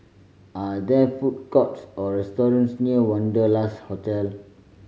are there food courts or restaurants near Wanderlust Hotel